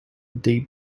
deep